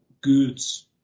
goods